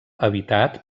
habitat